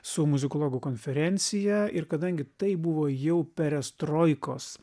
su muzikologų konferencija ir kadangi tai buvo jau perestroikos